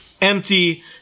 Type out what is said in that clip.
empty